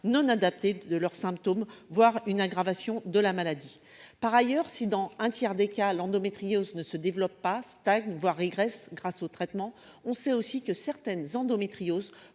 non adapté de leurs symptômes, voir une aggravation de la maladie, par ailleurs, si dans un tiers des cas l'endométriose ne se développe pas stagne, voire régresse grâce aux traitements, on sait aussi que certaines endométriose